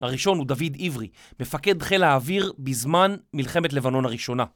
הראשון הוא דוד עברי, מפקד חיל האוויר בזמן מלחמת לבנון הראשונה